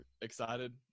excited